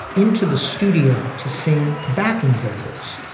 into the studio to sing backing vocals.